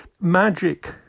Magic